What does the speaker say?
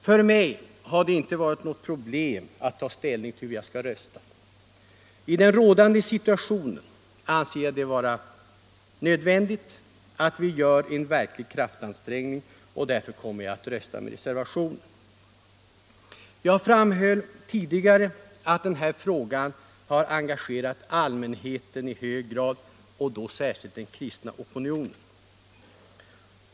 För mig har det inte varit något problem att ta ställning till hur jag skall rösta. I den rådande situationen anser jag det vara nödvändigt att vi gör en verklig kraftansträngning. Därför kommer jag att rösta med reservationen. Jag framhöll tidigare att den här frågan har engagerat allmänheten i hög grad, och då särskilt den kristna opinionen.